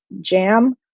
jam